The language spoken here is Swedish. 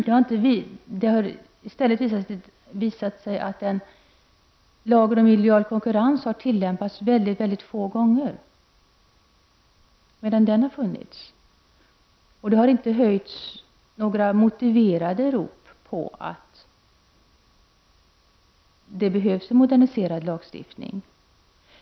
Det har i stället visat sig att lagen om illojal konkurrens har tillämpats ytterst få gånger under den tid den har varit i kraft. Det har inte höjts några motiverade rop på att det behövs en moderniserad lagstiftning.